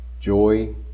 joy